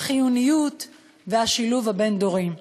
החיוניות והשילוב הבין-דורי.